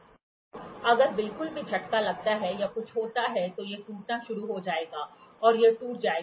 तो अगर बिल्कुल भी झटका लगता है या कुछ होता है तो यह टूटना शुरू हो जाएगा और यह टूट जाएगा